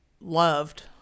loved